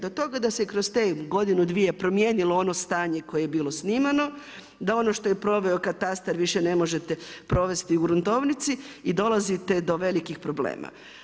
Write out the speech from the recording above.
Do toga da se kroz te godinu, dvije promijenilo ono stanje koje je bilo snimano, da ono što je proveo katastar više ne možete provesti u gruntovnici i dolazite do velikih problema.